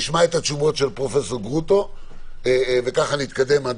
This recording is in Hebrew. נשמע את התשובות של פרופ' גרוטו וכך נתקדם.